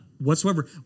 whatsoever